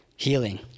healing